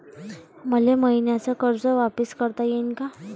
मले मईन्याचं कर्ज वापिस करता येईन का?